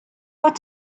what